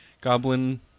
goblin